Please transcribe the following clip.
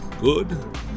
good